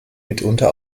mitunter